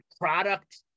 product